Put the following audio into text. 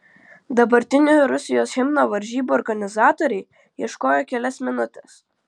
dabartinio rusijos himno varžybų organizatoriai ieškojo kelias minutes